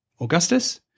Augustus